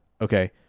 Okay